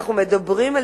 אנחנו מדברים על